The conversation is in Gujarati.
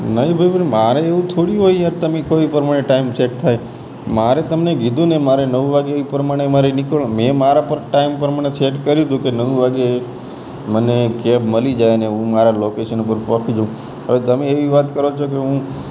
નહીં ભાઈ પણ મારે એવું થોડી હોય યાર તમે કહો એ પ્રમાણે ટાઇમ સેટ થાય મારે તમને કીધું ને મારે નવ વાગે એ પ્રમાણે મારે નીકળવાનું મેં મારા પર ટાઇમ પ્રમાણે સેટ કર્યું હતું કે નવ વાગે મને કેબ મળી જાય ને હું મારા લોકેશન ઊપર પહોંચી જાઉં હવે તમે એવી વાત કરો છો કે હું